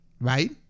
right